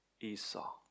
Esau